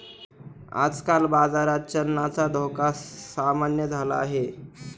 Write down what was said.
आजकाल बाजारात चलनाचा धोका सामान्य झाला आहे